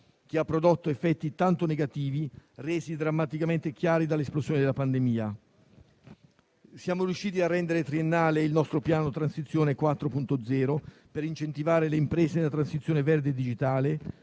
che ha prodotto effetti tanto negativi, resi drammaticamente chiari dall'esplosione della pandemia. Siamo riusciti a rendere triennale il nostro piano Transizione 4.0 per incentivare le imprese nella transizione verde e digitale,